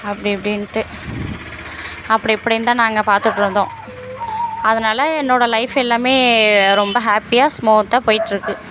அப்படி இப்படின்ட்டு அப்படி இப்படின்னு தான் நாங்கள் பார்த்துட்ருந்தோம் அதனால் என்னோடய லைஃப் எல்லாமே ரொம்ப ஹேப்பியாக ஸ்மூத்தாக போய்ட்டுருக்கு